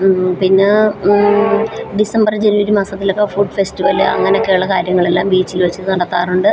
പിന്നെ December January മാസത്തിലൊക്കെ food festival അങ്ങനെക്കെ ഉള്ള കാര്യങ്ങളെല്ലാം ബീച്ചിൽ വച്ച് നടത്താറുണ്ട്